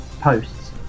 posts